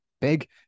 Big